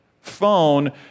phone